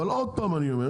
אבל עוד פעם אני אומר,